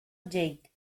jake